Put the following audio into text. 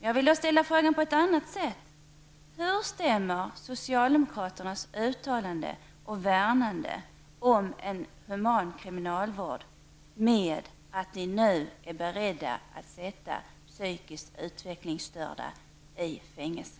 Jag vill då ställa frågan på ett annat sätt: Hur stämmer socialdemokraternas uttalanden om värnande av en human kriminalvård med att ni nu är beredda att sätta psykiskt utvecklingsstörda i fängelse?